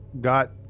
got